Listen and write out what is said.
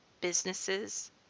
businesses